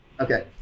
Okay